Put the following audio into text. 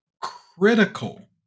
critical